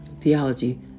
theology